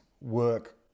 work